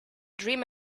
dream